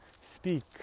speak